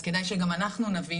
אז כדאי שגם אנחנו נבין,